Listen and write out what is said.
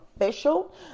official